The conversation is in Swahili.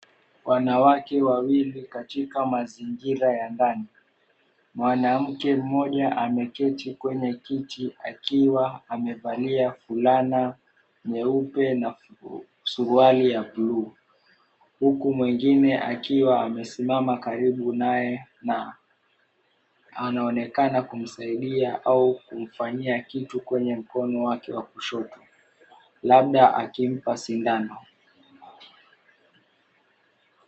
Wanawake wawili katika mazingira ya ndani, mwanamke mmoja ameketi kwenye kiti akiwa amevalia fulana nyeupe na suruali ya buluu huku mwingine akiwa amesimama karibu naye na anaonekana kumsaidia au kumfanyia kitu kwenye mkono wake wa kushoto, labda akimpa sindano.